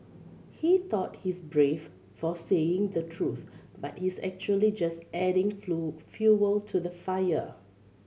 he thought he's brave for saying the truth but he's actually just adding flew fuel to the fire